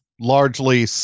largely